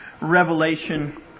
revelation